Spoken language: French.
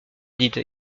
dite